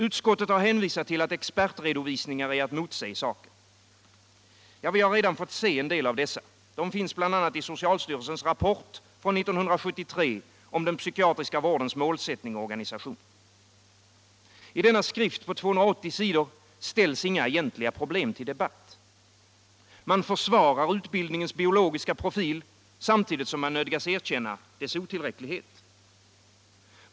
Utskottet har hänvisat till att expertredovisningar är att motse i saken. Vi har redan sett en del av dessa. De finns bl.a. i socialstyrelsens rapport från 1973 om den psykiatriska vårdens målsättning och organisation. I denna skrift på 280 sidor ställs inga egentliga problem till debatt. Man försvarar utbildningens biologiska profil, samtidigt som man nödgas erkänna dess otillräcklighet.